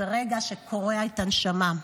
זה רגע שקורע את הנשמה.